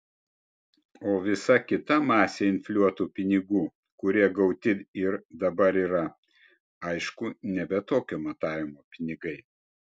o visa kita masė infliuotų pinigų kurie gauti dabar yra aišku nebe tokio matavimo pinigai